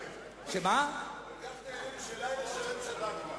כל כך נהנינו שלילה שלם שתקת.